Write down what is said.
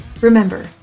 Remember